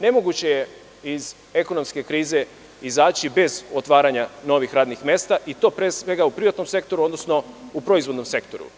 Nemoguće je iz ekonomske krize izaći bez otvaranja novih radnih mesta i to pre svega u privatnom sektoru, odnosno u proizvodnom sektoru.